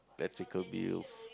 electrical bills